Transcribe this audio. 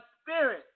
spirit